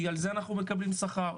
כי על זה אנחנו מקבלים שכר,